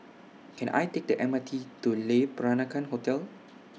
Can I Take The M R T to Le Peranakan Hotel